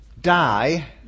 die